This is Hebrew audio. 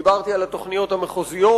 דיברתי על התוכניות המחוזיות,